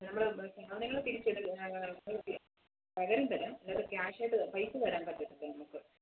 നമ്മള് പ സാധനങ്ങൾ തിരുച്ചെടു ഒന്നെങ്കിൽ പകരം തരാം അല്ലാതെ ക്യാഷായിട്ട് പൈസ തരാൻ പറ്റത്തില്ല നമുക്ക്